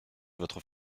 votre